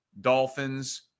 Dolphins